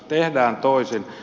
tehdään toisin